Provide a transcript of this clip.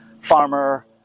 farmer